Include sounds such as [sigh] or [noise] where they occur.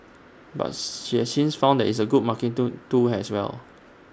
but [noise] she has since found that IT is A good marketing tool as well